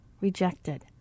rejected